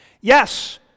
Yes